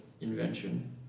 invention